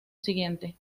siguiente